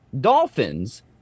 dolphins